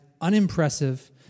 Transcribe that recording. unimpressive